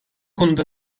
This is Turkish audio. konuda